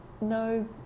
no